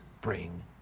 Bring